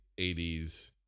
80s